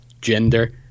gender